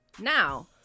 now